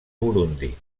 burundi